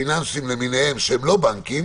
הפיננסים למיניהם שהם לא בנקים